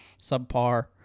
subpar